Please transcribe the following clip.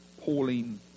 Pauline